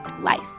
life